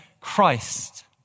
Christ